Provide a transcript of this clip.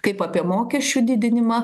kaip apie mokesčių didinimą